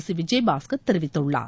C Vijayabaskar தெரிவித்துள்ளார்